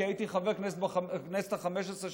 כי הייתי חבר הכנסת החמש עשרה,